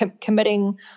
committing